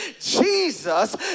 Jesus